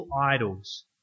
idols